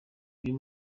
uyu